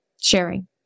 sharing